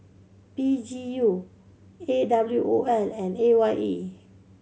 P G U A W O L and A Y E